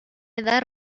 edad